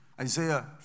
Isaiah